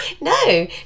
No